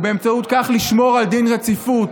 ובאמצעות זאת לשמור על דין רציפות.